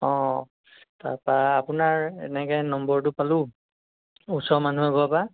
অ তাৰপৰা আপোনাৰ এনেকৈ নম্বৰটো পালোঁ ওচৰৰ মানুহৰ ঘৰৰ পৰা